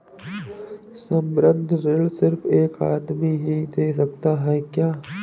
संबंद्ध ऋण सिर्फ एक आदमी ही दे सकता है क्या?